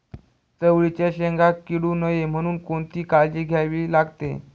चवळीच्या शेंगा किडू नये म्हणून कोणती काळजी घ्यावी लागते?